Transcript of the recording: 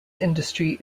industry